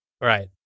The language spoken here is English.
right